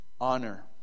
honor